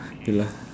K lah